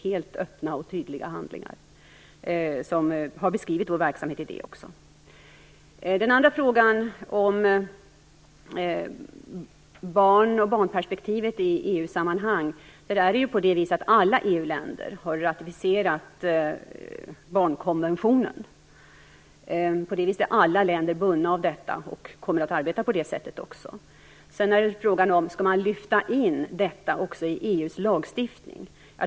Helt öppna och tydliga handlingar har beskrivit vår verksamhet i detta avseende. Beträffande den andra frågan, om barn och barnperspektivet i EU-sammanhang, är det på det viset att alla EU-länder har ratificerat barnkonventionen. Därför är alla länder bundna av detta och kommer också att arbeta på det sättet. Sedan är frågan om man skall lyfta in detta i EU:s lagstiftning.